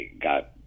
got